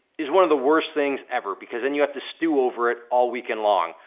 is one of the worst things ever, because then you have to stew over it all weekend long.